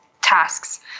tasks